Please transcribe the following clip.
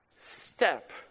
step